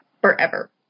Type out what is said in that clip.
Forever